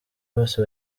bose